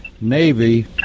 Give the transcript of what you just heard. navy